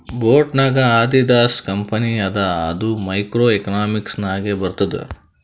boat ನಾಗ್ Adidas company ಅದ ಅದು ಮೈಕ್ರೋ ಎಕನಾಮಿಕ್ಸ್ ನಾಗೆ ಬರ್ತುದ್